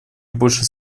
больше